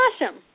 Awesome